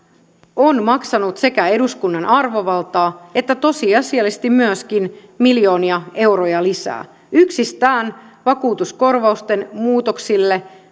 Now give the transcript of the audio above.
on maksanut sekä eduskunnan arvovaltaa että tosiasiallisesti myöskin miljoonia euroja lisää yksistään vakuutuskorvausten muutoksille